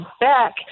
back